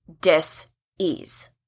dis-ease